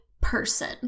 person